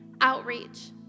outreach